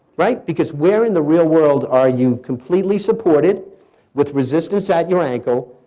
right. because where, in the real world, are you completely supported with resistance at your ankle,